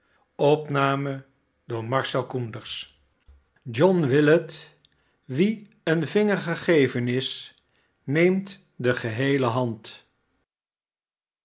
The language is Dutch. xxx john willet wien een vinger gegeven is neemt de geheele hand